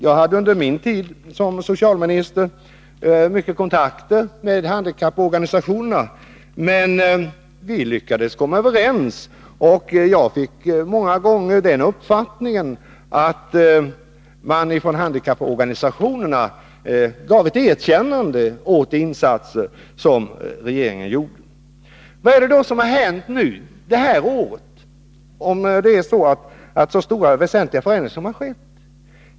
Jag hade under min tid som socialminister mycket kontakter med handikapporganisationerna. Vi lyckades komma överens, och jag fick många gånger den uppfattningen att handikapporganisationerna gav ett erkännande åt de insatser som regeringen gjorde. Vad är det då som har hänt nu, om det har skett så stora och väsentliga förändringar?